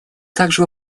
также